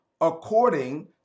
according